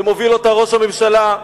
שמוביל אותה ראש הממשלה,